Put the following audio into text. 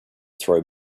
throw